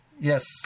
yes